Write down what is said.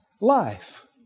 Life